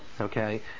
Okay